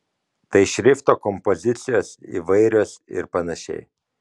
tai šrifto kompozicijos įvairios ir panašiai